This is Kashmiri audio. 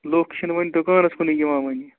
لُکھ چھِنہٕ وٕنۍ دُکانَس کُنٕے یِوان وٕنہِ